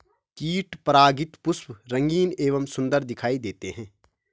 कीट परागित पुष्प रंगीन एवं सुन्दर दिखाई देते हैं